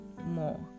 more